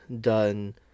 done